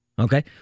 Okay